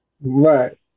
Right